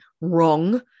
wrong